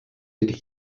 did